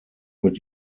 mit